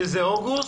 שזה אוגוסט,